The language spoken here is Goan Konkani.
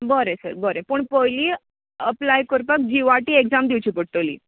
बरे सर बरे पूण पयली अप्लाय करपाक जिवाटी ऍक्साम दिवची पडटली